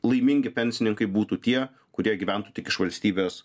laimingi pensininkai būtų tie kurie gyventų tik iš valstybės